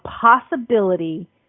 possibility